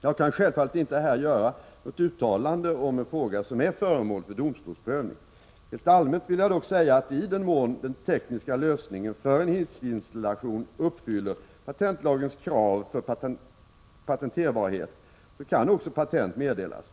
Jag kan självfallet inte här göra något uttalande om en fråga som är föremål för domstolsprövning. Helt allmänt vill jag dock säga att i den mån den tekniska lösningen för en hissinstallation uppfyller patentlagens krav för patenterbarhet kan också patent meddelas.